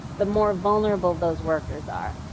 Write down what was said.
the more vulnerable those workers are.